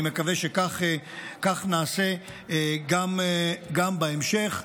אני מקווה שכך נעשה גם בהמשך.